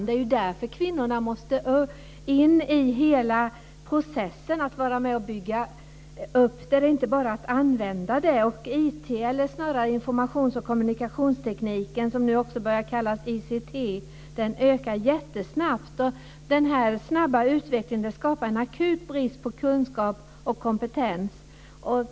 Det är därför kvinnorna måste in i hela processen, dvs. vara med och bygga upp och inte bara använda. Informations och kommunikationstekniken, ICT, ökar jättesnabbt. Den snabba utvecklingen skapar en akut brist på kunskap och kompetens.